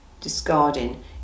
discarding